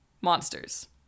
monsters